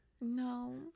No